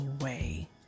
away